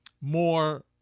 more